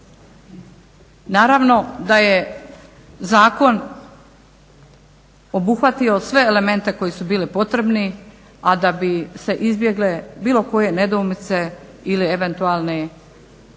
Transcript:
Naravno da je zakon obuhvatio sve elemente koji su bili potrebni, a da bi se izbjegle bilo koje nedoumice ili eventualne radnje